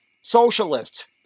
socialists